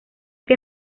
que